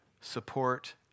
support